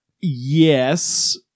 Yes